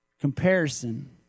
comparison